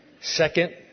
Second